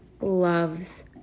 loves